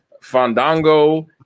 Fandango